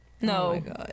no